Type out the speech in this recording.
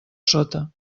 sota